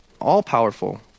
all-powerful